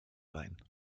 line